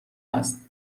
است